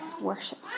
worship